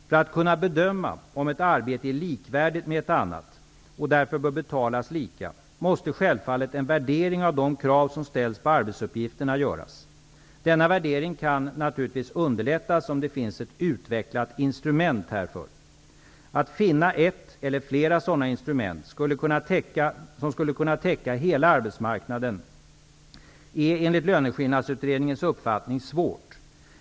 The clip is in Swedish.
För att kunna bedöma om ett arbete är likvärdigt med ett annat och därför bör betalas lika måste självfallet en värdering av de krav som ställs på arbetsuppgifterna göras. Denna värdering kan naturligtvis underlättas om det finns ett utvecklat instrument härför. Att finna ett eller flera sådana instrument som skulle kunna täcka hela arbetsmarknaden är enligt Löneskillnadsutredningens uppfattning svårt.